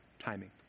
timing